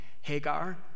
Hagar